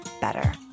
better